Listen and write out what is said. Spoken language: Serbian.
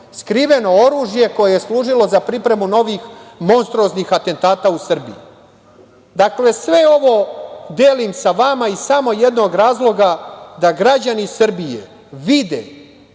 skriveno oružje, koje je služilo za pripremu novih monstruoznih atentata u Srbiji. Dakle, sve ovo delim sa vama iz samo jednog razloga da građani Srbije vide